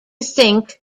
think